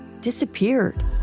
disappeared